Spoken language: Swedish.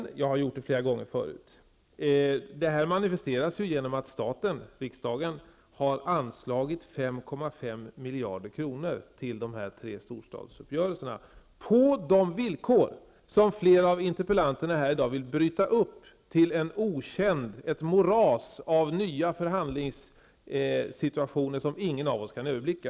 Jag har nämligen gjort det flera gånger förut. Det här manifesteras genom att staten, riksdagen, har anslagit 5,5 miljarder kronor till de tre storstadsuppgörelserna, och då på de villkor som flera av interpellanterna här i dag vill bryta ner till ett moras av nya förhandlingssituationer som ingen av oss kan överblicka.